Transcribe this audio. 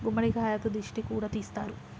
గుమ్మడికాయతో దిష్టి కూడా తీస్తారు